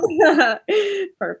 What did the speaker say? Perfect